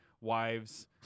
wives